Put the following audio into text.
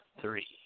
three